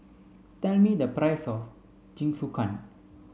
tell me the price of Jingisukan